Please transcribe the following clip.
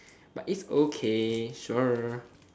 but it's okay sure